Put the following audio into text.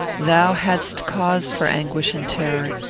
thou hadst cause for anguish and terror,